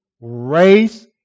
race